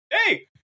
hey